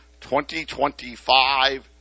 2025